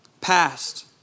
Past